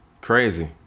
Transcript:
crazy